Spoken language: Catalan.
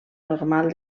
normal